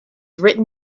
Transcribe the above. written